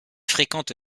fréquente